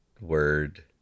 word